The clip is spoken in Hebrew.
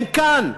הם כאן,